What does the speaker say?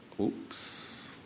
Oops